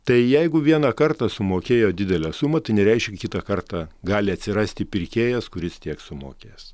tai jeigu vieną kartą sumokėjo didelę sumą tai nereiškia kad kitą kartą gali atsirasti pirkėjas kuris tiek sumokės